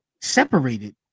separated